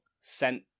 sent